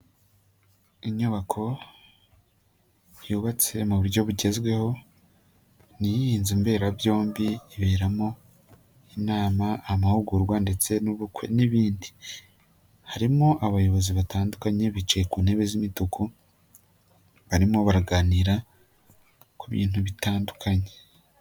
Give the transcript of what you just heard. Inyubako yubatse mu buryo bugezweho ni inzu mberabyombi iberamo inama, amahugurwa ndetse n'ubukwe n'ibindi. Harimo abayobozi batandukanye bicaye ku ntebe z'imituku, barimo baraganira ku bintu bitandukanye.